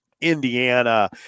Indiana